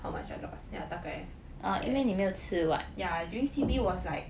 how much I lost yeah 大概 ya during C_B was like